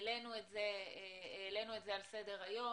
העלינו את זה על סדר-היום.